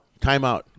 timeout